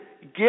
get